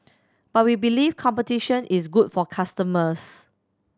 but we believe competition is good for customers